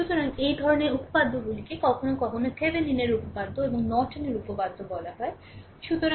এবং সুতরাং এই ধরনের উপপাদ্যগুলিকে কখনও কখনও Thevenin এর উপপাদ্য এবং নর্টনের উপপাদ্য বলা হয়